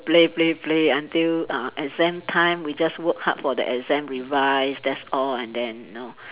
play play play until uh exam time we just work hard for the exam revise that's all and then know